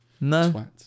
No